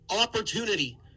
opportunity